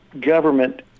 government